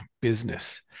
business